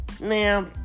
Nah